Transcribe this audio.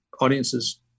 audiences